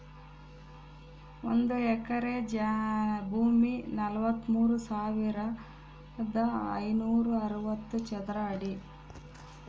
ಒಂದು ಎಕರೆ ಭೂಮಿ ನಲವತ್ಮೂರು ಸಾವಿರದ ಐನೂರ ಅರವತ್ತು ಚದರ ಅಡಿ